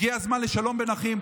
הגיע הזמן לשלום בין אחים.